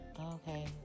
Okay